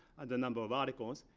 and the number of articles.